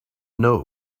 know